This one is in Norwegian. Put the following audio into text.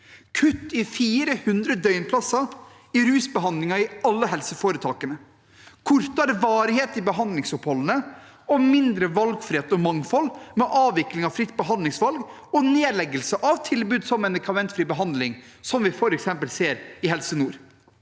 kutt i 400 døgnplasser i rusbehandlingen i alle helseforetakene, kortere varighet i behandlingsoppholdene og mindre valgfrihet og mangfold med avvikling av fritt behandlingsvalg og nedleggelse av tilbud som medikamentfri behandling, som vi f.eks. ser i Helse nord.